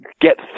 get